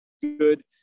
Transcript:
good